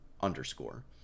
underscore